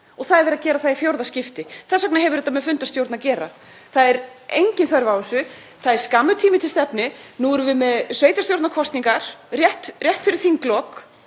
og það er verið að gera það í fjórða skipti. Þess vegna hefur þetta með fundarstjórn að gera. Það er engin þörf á þessu. Það er skammur tími til stefnu. Nú erum við með sveitarstjórnarkosningar rétt fyrir þinglok.